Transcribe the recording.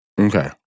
Okay